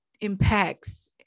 impacts